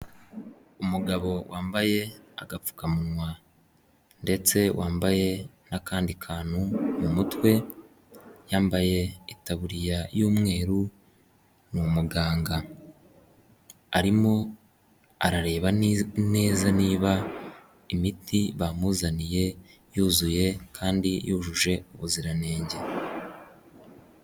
Umugabo wambaye agapfukamunwa ndetse wambaye n'akandi kantu mu mutwe, yambaye itaburiya y'umweru ni umuganga. Arimo arareba neza niba imiti bamuzaniye yuzuye kandi yujuje ubuziranenge.